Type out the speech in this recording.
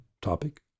topic